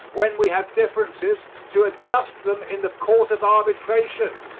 when we have differences, to adjust them in the court of arbitration,